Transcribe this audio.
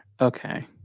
Okay